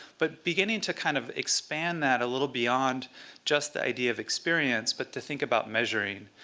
but beginning to kind of expand that a little beyond just the idea of experience, but to think about measuring,